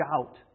out